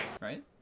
right